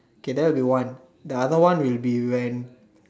K that would be one the other one will be when